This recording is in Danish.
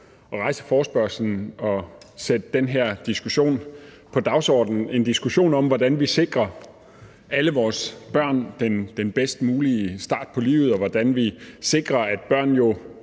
at rejse forespørgslen og sætte den her diskussion på dagsordenen – en diskussion om, hvordan vi sikrer alle vores børn den bedst mulige start på livet, og hvordan vi sikrer, at børn